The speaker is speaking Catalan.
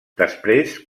després